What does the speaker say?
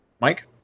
Mike